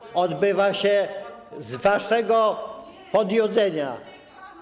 Odbywają się z waszego podjudzenia.